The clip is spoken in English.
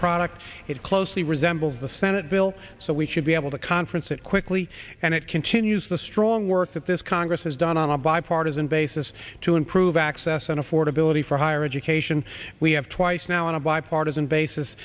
product it closely resembles the senate bill so we should be able to conference it quickly and it continues the strong work that this congress has done on a bipartisan basis to improve access and affordability for higher education we have twice now in a bipartisan basis